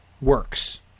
works